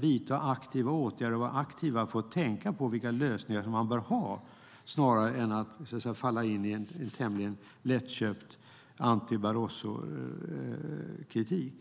vidta aktiva åtgärder, vara aktiva och tänka på vilka lösningar som man bör ha snarare än att falla in i en tämligen lättköpt anti-Barroso-kritik.